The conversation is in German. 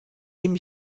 nehme